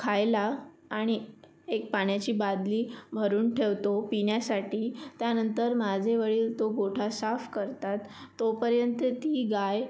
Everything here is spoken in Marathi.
खायला आणि एक पाण्याची बादली भरून ठेवतो पिण्यासाठी त्यानंतर माझे वडील तो गोठा साफ करतात तो पर्यंत ती गाय